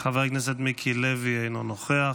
חבר הכנסת מיקי לוי, אינו נוכח,